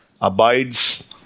abides